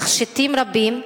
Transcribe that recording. תכשיטים רבים,